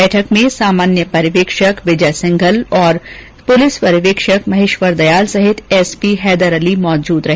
बैठक में सामान्य पर्यवेक्षक विजय सिंघल और पुलिस पर्यवेक्षक महेश्वर दयाल सहित एसपी हैदर अली जैदी मौजुद रहे